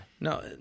no